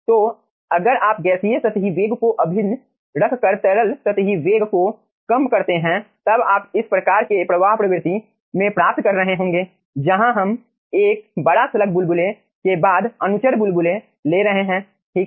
तो अगर आप गैसीय सतही वेग को अभिन्न रखकर तरल सतही वेग को कम करते हैं तब आप इस प्रकार के प्रवाह प्रवृत्ति में प्राप्त कर रहे होंगे जहां हम एक बड़ा स्लग बुलबुले के बाद अनुचर बुलबुले ले रहे हैं ठीक है